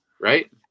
Right